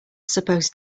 supposed